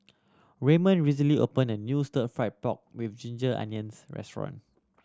Raymond recently opened a new Stir Fried Pork With Ginger Onions restaurant